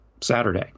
Saturday